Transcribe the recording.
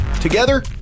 Together